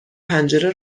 پنجره